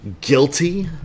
guilty